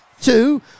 two